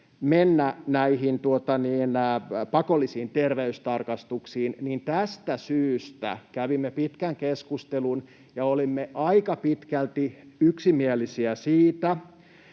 näihin pakollisiin terveystarkastuksiin, ja tästä syystä kävimme pitkän keskustelun ja olimme aika pitkälti yksimielisiä siitä,